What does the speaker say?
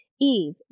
Eve